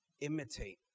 Imitate